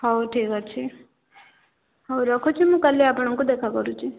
ହଉ ଠିକ୍ ଅଛି ହଉ ରଖୁଛି ମୁଁ କାଲି ଆପଣଙ୍କୁ ଦେଖା କରୁଛି